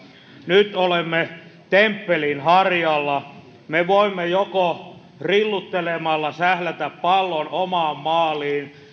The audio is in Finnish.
nyt olemme temppelin harjalla me voimme joko rilluttelemalla sählätä pallon omaan maaliin